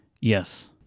yes